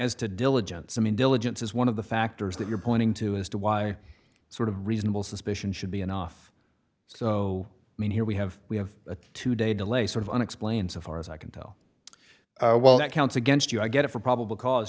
as to diligence i mean diligence is one of the factors that you're pointing to as to why sort of reasonable suspicion should be enough so i mean here we have we have a two day delay sort of unexplained so far as i can tell well that counts against you i get it for probable